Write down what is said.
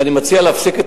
ואני מציע להפסיק,